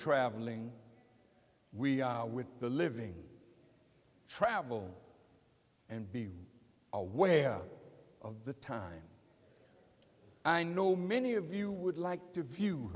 traveling with the living travel and be aware of the time i know many of you would like to view